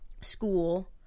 school